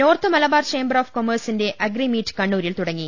north Malabar chamber of കോമേഴ്സിന്റെ agri meet കണ്ണൂരിൽ തുടങ്ങി